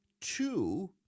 Two